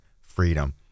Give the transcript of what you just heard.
freedom